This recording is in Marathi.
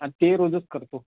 आ ते रोजच करतो